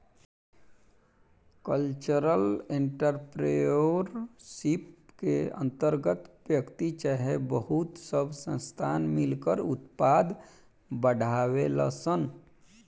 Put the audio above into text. cultural entrepreneurship के अंतर्गत व्यक्ति चाहे बहुत सब संस्थान मिलकर उत्पाद बढ़ावेलन सन